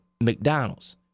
McDonald's